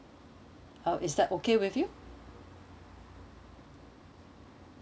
uh is that okay with you